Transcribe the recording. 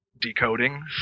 decoding